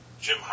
Jim